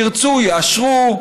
ירצו יאשרו,